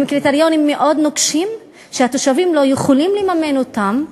הם קריטריונים מאוד נוקשים שהתושבים לא יכולים לממן אותם.